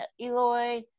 Eloy